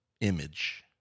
image